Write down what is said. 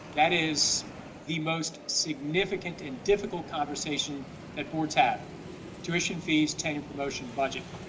that is the most significant and difficult conversation that boards have tuition fees, tenure promotion, budget.